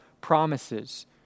promises